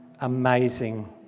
amazing